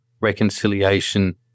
reconciliation